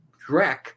dreck